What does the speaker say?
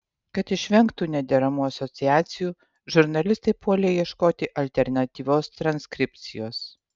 kad išvengtų nederamų asociacijų žurnalistai puolė ieškoti alternatyvios transkripcijos